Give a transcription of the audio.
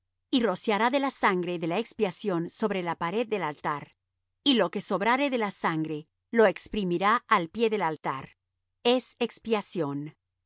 y rociará de la sangre de la expiación sobre la pared del altar y lo que sobrare de la sangre lo exprimirá al pie del altar es expiación